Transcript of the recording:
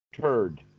Turd